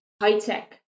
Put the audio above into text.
high-tech